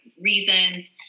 reasons